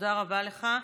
תודה רבה לך.